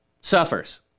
suffers